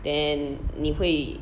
then 你会